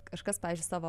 kažkas pavyzdžiui savo